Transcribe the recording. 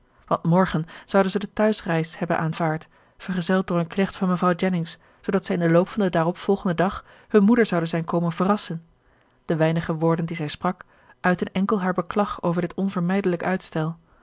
want morgen zouden zij de thuisreis hebben aanvaard vergezeld door een knecht van mevrouw jennings zoodat zij in den loop van den daaropvolgenden dag hun moeder zouden zijn komen verrassen de weinige woorden die zij sprak uitten enkel haar beklag over dit onvermijdelijk uitstel